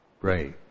great